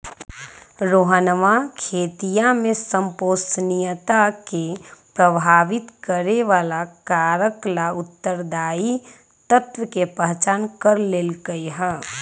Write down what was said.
रोहनवा खेतीया में संपोषणीयता के प्रभावित करे वाला कारक ला उत्तरदायी तत्व के पहचान कर लेल कई है